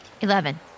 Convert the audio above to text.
Eleven